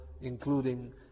including